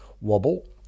wobble